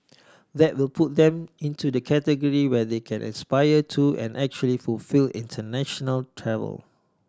that will put them into the category where they can aspire to and actually fulfil international travel